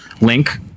link